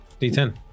d10